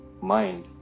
Mind